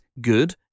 Good